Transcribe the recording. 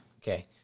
Okay